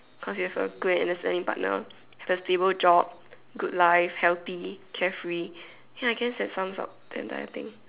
cause you also good listening partner a stable job good life healthy carefree ya I guess that sums up the entire thing